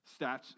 Stats